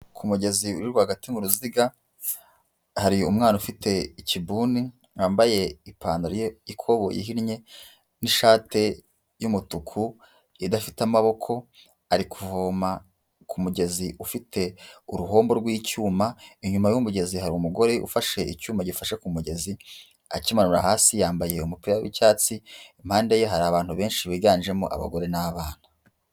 Ku mugezi uri rwagati mu ruziga hari umwana ufite ikibuni yambaye ipantaro ye iko yihinnye n'ishati y'umutuku idafite amaboko ari kuvoma ku mugezi ufite uruhombo rw'icyuma, inyuma y'umugezi hari umugore ufashe icyuma gifashe ku mugezi akimanura hasi yambaye umupira w'icyatsi impande ye hari abantu benshi biganjemo abagore n'abana.